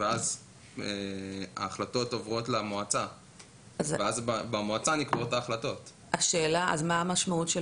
כמו שאמרתי ההוראה מתייחסת לכל מיני סוגים של